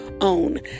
own